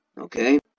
okay